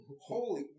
Holy